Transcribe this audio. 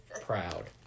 proud